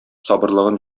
сабырлыгын